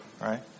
right